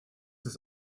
ist